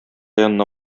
янына